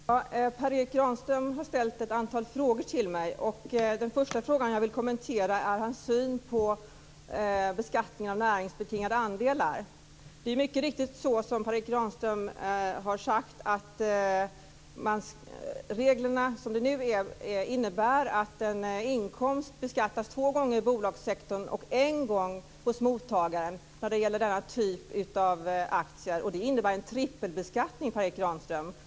Herr talman! Per Erik Granström har ställt ett antal frågor till mig. Den första fråga jag vill kommentera gäller hans syn på beskattning av näringsbetingade andelar. Det är mycket riktigt så som Per Erik Granström har sagt att reglerna som de nu är innebär att en inkomst beskattas två gånger i bolagssektorn och en gång hos mottagaren när det gäller denna typ av aktier. Det innebär en trippelbeskattning, Per Erik Granström.